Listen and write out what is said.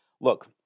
Look